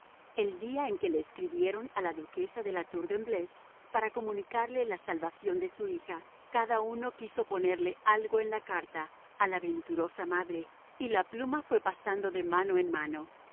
el día en que le escribieron a la duquesa de la tour de embleuse para comunicarle la salvación de su hija cada uno quiso ponerle algo en la carta a la venturosa madre y la pluma fue pasando de mano en mano